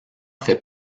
fait